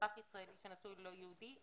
אזרח ישראלי שנשוי ללא יהודי,